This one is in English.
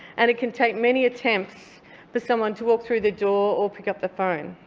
and it can take many attempts for someone to walk through the door or pick up the phone.